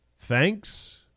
Thanks